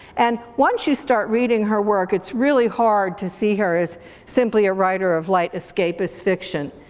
and once you start reading her work it's really hard to see her as simply a writer of light escapist fiction.